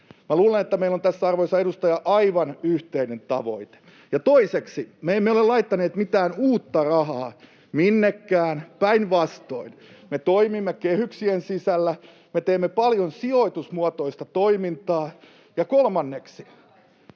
luulen, että meillä on tässä, arvoisa edustaja, aivan yhteinen tavoite. Ja toiseksi: Me emme ole laittaneet mitään uutta rahaa minnekään, päinvastoin. Me toimimme kehyksien sisällä, me teemme paljon sijoitusmuotoista toimintaa. Ja kolmanneksi: